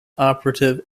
operative